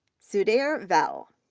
sudhir vel,